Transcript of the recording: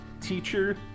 teacher